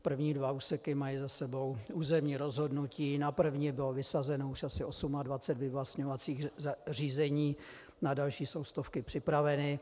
První dva úseky mají za sebou územní rozhodnutí, na první bylo vysazeno už asi 28 vyvlastňovacích řízení, na další jsou stovky připraveny.